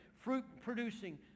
fruit-producing